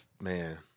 Man